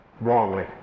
wrongly